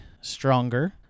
stronger